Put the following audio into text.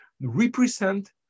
represent